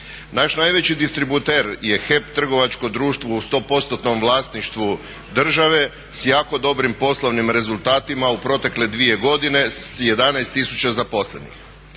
Naš najveći distributer je HEP Trgovačko društvo u 100%-nom vlasništvu države s jako dobrim poslovnim rezultatima u protekle dvije godine s 11 tisuća zaposlenih.